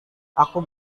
aku